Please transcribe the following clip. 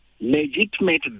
legitimate